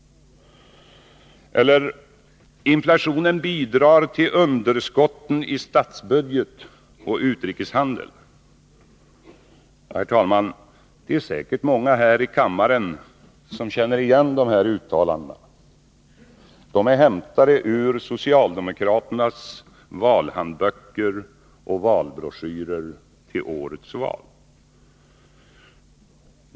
Eller: Inflationen bidrar till underskotten i statsbudget och utrikeshandel. Herr talman! Det är säkert många här i kammaren som känner igen de här uttalandena. De är hämtade ur socialdemokraternas valhandböcker och valbroschyrer till årets val.